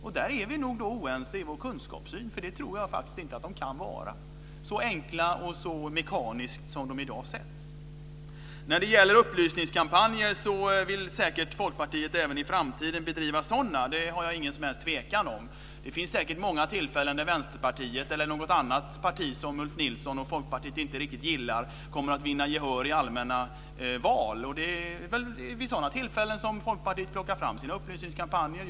Därvidlag är vi nog oense i vår kunskapssyn, för jag tror faktiskt inte att de kan vara det, så enkelt och mekaniskt som de i dag sätts. När det gäller upplysningskampanjer tvivlar jag inte på att Folkpartiet även i framtiden vill bedriva sådana. Det finns säkert många tillfällen när Vänsterpartiet eller något annat parti som Ulf Nilsson och Folkpartiet inte riktigt gillar kommer att vinna gehör i allmänna val, och det är väl vid sådana tillfällen som Folkpartiet plockar fram sina upplysningskampanjer.